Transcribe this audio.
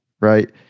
right